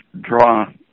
draw